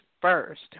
First